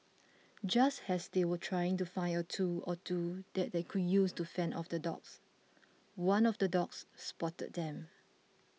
just as they were trying to find a tool or two that they could use to fend off the dogs one of the dogs spotted them